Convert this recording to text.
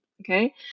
Okay